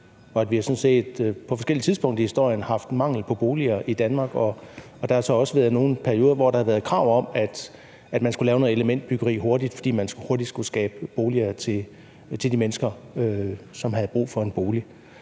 set på forskellige tidspunkter i historien haft mangel på boliger i Danmark, og der har så også været nogle perioder, hvor der har været krav om, at man skulle lave noget elementbyggeri hurtigt, fordi man hurtigt skulle skabe boliger til de mennesker, som havde brug for en bolig.